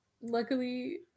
Luckily